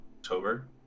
October